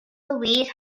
louise